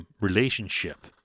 relationship